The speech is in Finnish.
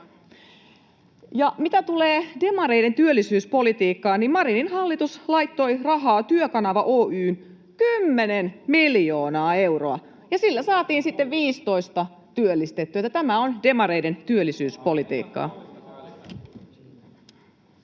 Ja mitä tulee demareiden työllisyyspolitiikkaan, niin Marinin hallitus laittoi rahaa Työkanava Oy:hyn 10 miljoonaa euroa, ja sillä saatiin sitten 15 työllistettyä. Tämä on demareiden työllisyyspolitiikkaa.